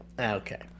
Okay